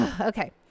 okay